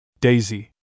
Daisy